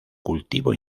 cultivo